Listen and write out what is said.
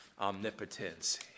omnipotence